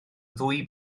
ddwy